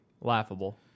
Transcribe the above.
Laughable